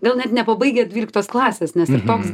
gal net nepabaigę dvyliktos klasės nes ir toks